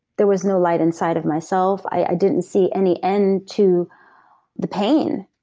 there was no light inside of myself. i didn't see any end to the pain.